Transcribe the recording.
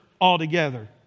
altogether